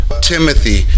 Timothy